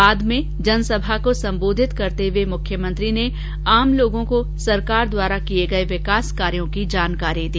बाद में जनसभा को सम्बोधित करते हए मुख्यमंत्री ने आम लोगों को सरकार द्वारा किए गए विकास कार्यों की जानकारी दी